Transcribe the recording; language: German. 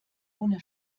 ohne